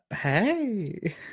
hey